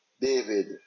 David